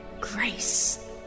grace